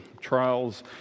Trials